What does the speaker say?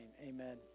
amen